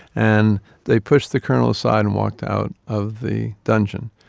and they pushed the colonel aside and walked out of the dungeon.